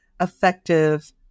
effective